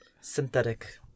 synthetic